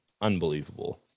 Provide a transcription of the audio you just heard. unbelievable